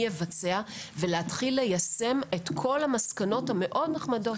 יבצע ולהתחיל ליישם את כל המסקנות המאוד נחמדות.